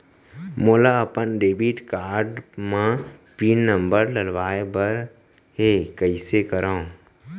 मोला अपन debit card म पिन नंबर डलवाय बर हे कइसे करव?